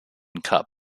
cup